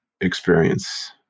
experience